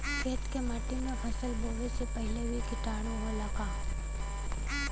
खेत के माटी मे फसल बोवे से पहिले भी किटाणु होला का?